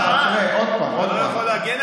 אתה לא יכול להגן עליהם.